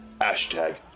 Hashtag